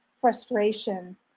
frustration